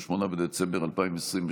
28 בדצמבר 2020,